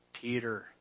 Peter